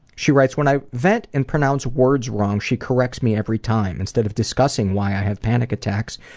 she writes, when i vent and pronounce words wrong, she corrects me every time. instead of discussing why i have panic attacks,